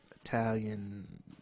Italian